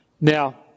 Now